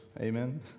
amen